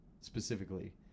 specifically